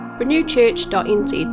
renewchurch.nz